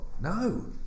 No